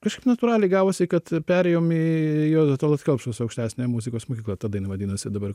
kažkaip natūraliai gavosi kad perėjom į juozo tallat kelpšos aukštesniąją muzikos mokyklą tada jin vadinosi dabar